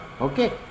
okay